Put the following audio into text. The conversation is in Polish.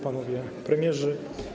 Panowie Premierzy!